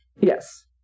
Yes